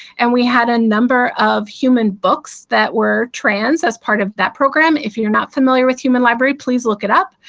and we had a number of human books that were trans as part of that program. if you are not familiar with human library, please look it up.